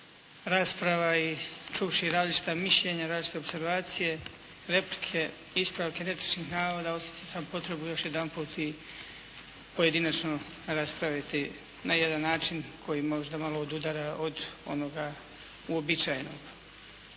rasprava i čuvši različita mišljenja, različite opservacije, replike, ispravke netočnih navoda osjetio sam potrebu još jedanput i pojedinačno raspraviti na jedan način koji možda malo odudara od onoga uobičajenog.